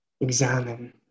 examine